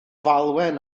falwen